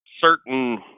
certain